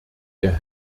der